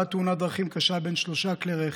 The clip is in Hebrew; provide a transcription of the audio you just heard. אירעה תאונת דרכים קשה בין שלושה כלי רכב,